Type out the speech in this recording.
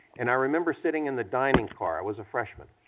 and i remember sitting in the dining car, i was a freshman,